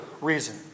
reason